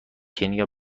کنیا